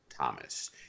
Thomas